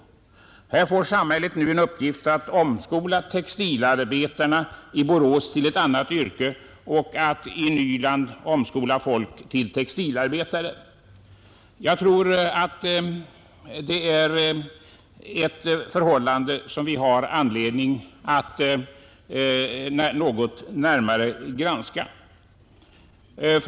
Samhället får nu ta på sig uppgiften att omskola textilarbetarna i Borås till ett annat yrke medan man i Nyland får omskola folk till textilarbetare. Det är ett förhållande som vi har anledning att något närmare granska.